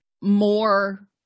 more